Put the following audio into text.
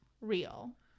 real